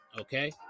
okay